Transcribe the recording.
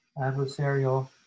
adversarial